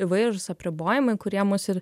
įvairūs apribojimai kurie mus ir